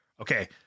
okay